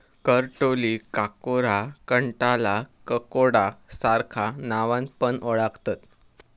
करटोलीक काकोरा, कंटॉला, ककोडा सार्ख्या नावान पण ओळाखतत